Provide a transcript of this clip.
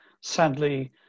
sadly